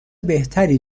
بهتری